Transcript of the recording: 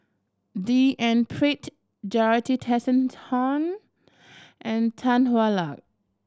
D N Pritt Jorothy Tessensohn and Tan Hwa Luck